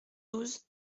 douze